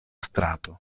strato